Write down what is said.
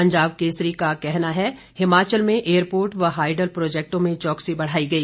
पंजाब केसरी का कहना है हिमाचल में एयरपोर्ट व हाईडल प्रोजैक्टों में चौकसी बढाई गई